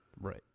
Right